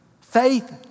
faith